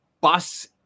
Bus